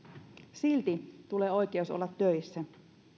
silti tulee oikeus olla töissä